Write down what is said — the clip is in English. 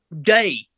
day